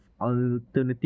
alternative